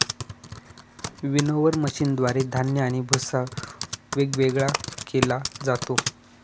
winnower मशीनद्वारे धान्य आणि भुस्सा वेगवेगळा केला जातो